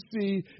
see